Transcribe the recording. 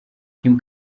kim